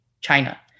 China